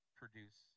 produce